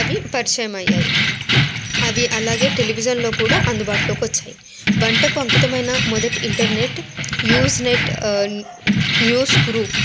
అవి పరిచయమయ్యాయి అవి అలాగే టెలివిజన్లో కూడా అందుబాటులోకి వచ్చాయి వంటకి అంకితమైన మొదటి internet Usenet news group